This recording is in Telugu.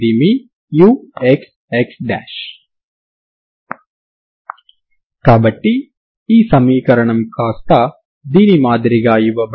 సెమీ ఇన్ఫినిటీ స్ట్రింగ్ కు కేవలం రెండు రకాల సరిహద్దులు మాత్రమే ఇవ్వ బడ్డాయి